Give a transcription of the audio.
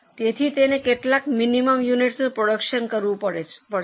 તેથી તેને કેટલાક મિનિમમ યુનિટસનું પ્રોડ્યૂકશન કરવું પડશે